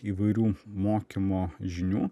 įvairių mokymo žinių